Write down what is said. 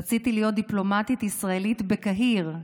רציתי להיות דיפלומטית ישראלית בקהיר.